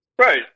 right